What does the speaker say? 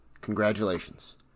Congratulations